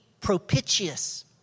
propitious